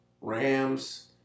Rams